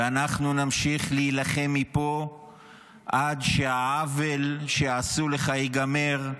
ואנחנו נמשיך להילחם מפה עד שהעוול שעשו לך ייגמר,